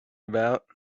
about